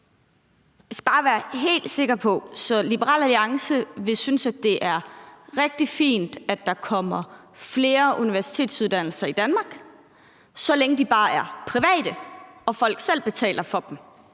Jeg skal bare være helt sikker. Så Liberal Alliance synes, at det er rigtig fint, at der kommer flere universitetsuddannelser i Danmark, så længe de bare er private og folk selv betaler for dem